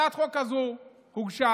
הצעת החוק הזאת הוגשה